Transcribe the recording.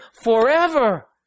forever